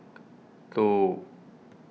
two